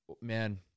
man